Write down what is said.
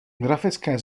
grafické